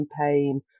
campaign